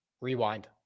Rewind